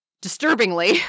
Disturbingly